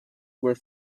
were